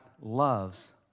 loves